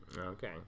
Okay